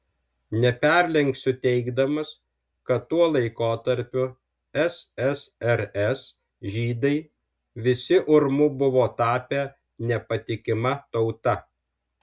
neperlenksiu teigdamas kad tuo laikotarpiu ssrs žydai visi urmu buvo tapę nepatikima tauta